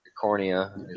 cornea